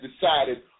decided